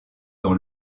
dans